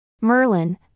Merlin